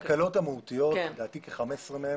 התקלות המהותיות, לדעתי כ-15 מהן,